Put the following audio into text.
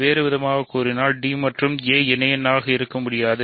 வேறுவிதமாகக் கூறினால் d மற்றும் a இணையெண்களக இருக்க முடியாது